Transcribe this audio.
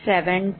58181